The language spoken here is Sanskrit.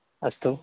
अस्तु